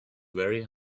very